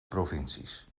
provincies